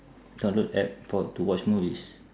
download app for to watch movies